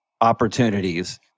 opportunities